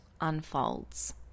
unfolds